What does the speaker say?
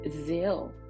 zeal